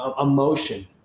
emotion